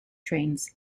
trains